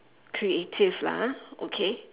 creative lah ah okay